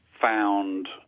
found